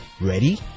ready